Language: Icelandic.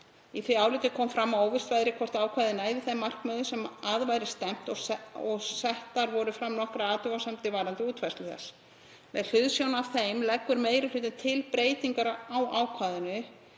Í því áliti kom fram að óvíst væri hvort ákvæðið næði þeim markmiðum sem að væri stefnt og settar voru fram nokkrar athugasemdir varðandi útfærslu þess. Með hliðsjón af þeim leggur meiri hlutinn til breytingar á ákvæðinu